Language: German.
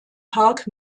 park